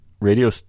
radio